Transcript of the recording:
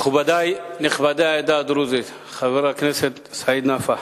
מכובדי נכבדי העדה הדרוזית, חבר הכנסת סעיד נפאע,